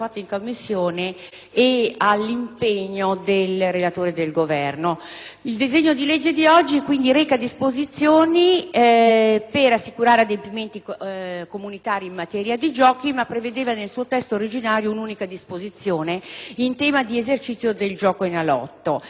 Il decreto-legge al nostro esame reca disposizioni urgenti per assicurare adempimenti comunitari in materia di giochi, ma prevedeva, nel suo testo originario, un'unica disposizione in tema di esercizio del gioco Enalotto. La gara per l'affidamento della gestione dei giochi numerici a totalizzatore nazionale